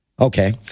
okay